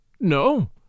No